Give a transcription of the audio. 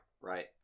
right